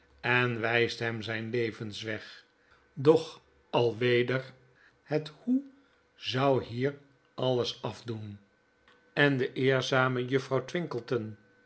hemschuilten wpt hem zjjn levensweg doch al weder het hoe zou hier alles afdoen en de eerzame juffrouw twinkleton